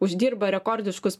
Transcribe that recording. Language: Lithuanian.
uždirba rekordiškus